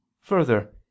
Further